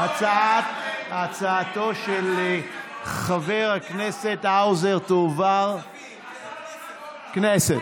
הצעתו של חבר הכנסת האוזר תועבר, כספים, כנסת.